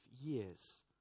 years